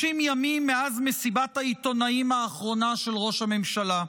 60 ימים מאז מסיבת העיתונאים האחרונה של ראש הממשלה.